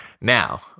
Now